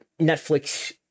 Netflix